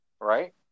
right